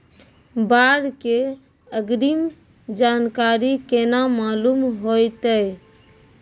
बाढ़ के अग्रिम जानकारी केना मालूम होइतै?